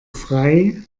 frei